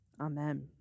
amen